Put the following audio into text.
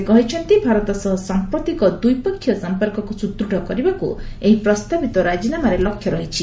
ସେ କହିଛନ୍ତି ଭାରତ ସହ ସାମ୍ପ୍ରତିକ ଦ୍ୱିପକ୍ଷୀୟ ସମ୍ପର୍କକୁ ସୁଦୃଢ଼ କରିବାକୁ ଏହି ପ୍ରସ୍ତାବିତ ରାଜିନାମାରେ ଲକ୍ଷ୍ୟ ରହିଛି